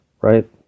Right